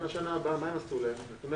ואנחנו עדיין לא יודעים לאן אנחנו מגיעים.